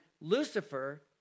Lucifer